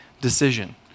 decision